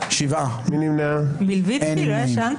הצבעה לא אושרו.